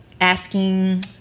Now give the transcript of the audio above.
asking